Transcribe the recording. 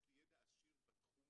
לי ידע עשיר בתחום